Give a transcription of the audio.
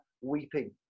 weeping